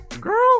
Girl